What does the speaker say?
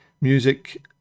music